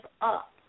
up